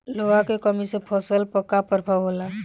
लोहा के कमी से फसल पर का प्रभाव होला?